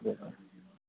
धन्यवाद